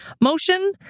motion